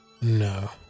no